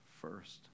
first